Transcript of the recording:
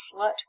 slut